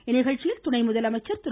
இந்நிகழ்ச்சியில் துணைமுதலமைச்சர் திரு